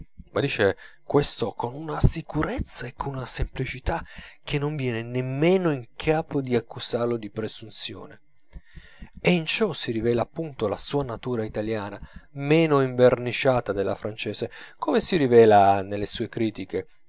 dice questo con una sicurezza e con una semplicità che non vien nemmeno in capo di accusarlo di presunzione e in ciò si rivela appunto la sua natura italiana meno inverniciata della francese come si rivela nelle sue critiche